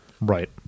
Right